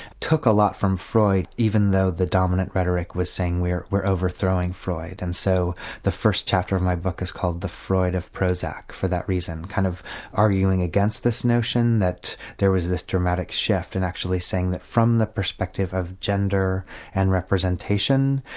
took a lot from freud even though the dominant rhetoric was saying we're we're overthrowing freud. and so the first chapter of my book is called the freud of prozac for that reason. kind of arguing against this notion that there was this dramatic shift and actually saying that from the perspective of gender and representation,